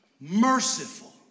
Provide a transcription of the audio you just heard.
Merciful